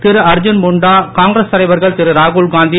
திரு அர்ஜுன் முன்டா காங்கிரஸ் தலைவர்கள் திரு ராகுல்காந்தி